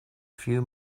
few